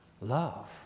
love